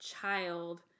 child